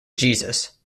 jesus